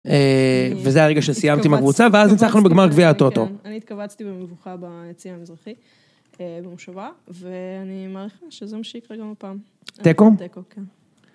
וזה הרגע שסיימתי עם הקבוצה ואז ניצחנו בגמר גביעה טוטו. אני התקבצתי במבוכה ביציאה המזרחי במושבה ואני מעריכה שזה מה שיקרה גם הפעם. תיקו.